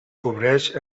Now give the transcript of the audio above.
cobreix